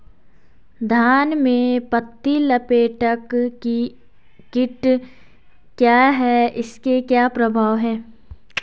धान में पत्ती लपेटक कीट क्या है इसके क्या प्रभाव हैं?